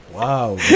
Wow